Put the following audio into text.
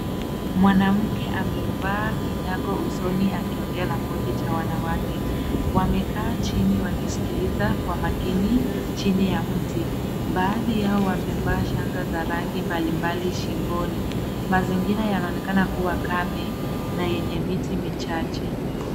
Mwanamke amevaa kinyago usoni, akiongea na kundi la wanawake. Wamekaa chini wakisikiliza kwa makini chini ya mti. Baadhi yao wamevaa shanga za rangi mbalimbali shingoni. Mazingira yanaonekana kuwa kame na yenye miti michache.